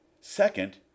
Second